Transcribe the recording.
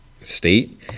state